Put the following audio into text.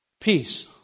peace